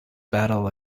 battle